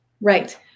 Right